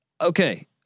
okay